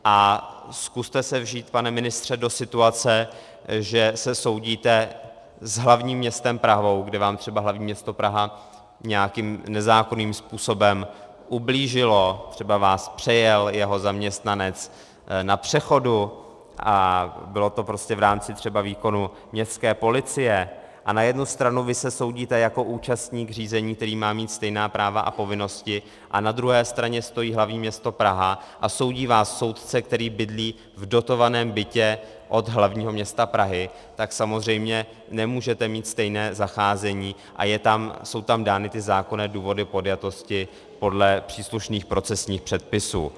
A zkuste se vžít, pane ministře, do situace, že se soudíte s hlavním městem Prahou, kde vám třeba hlavní město Praha nějakým nezákonným způsobem ublížilo, třeba vás přejel jeho zaměstnanec na přechodu a bylo to v rámci výkonu městské policie, a na jednu stranu vy se soudíte jako účastník řízení, který má mít stejná práva a povinnosti, a na druhé straně stojí hlavní město Praha a soudí vás soudce, který bydlí v dotovaném bytě od hlavního města Prahy, tak samozřejmě nemůžete mít stejné zacházení a jsou tam dány zákonné důvody podjatosti podle příslušných procesních předpisů.